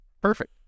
Perfect